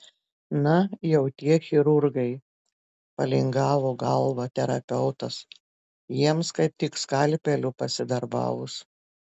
na jau tie chirurgai palingavo galvą terapeutas jiems kad tik skalpeliu pasidarbavus